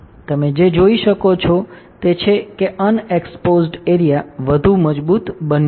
તમે જે જોઈ શકો છો તે છે કે અનએક્સપોઝડ એરિયા વધુ મજબૂત બન્યું છે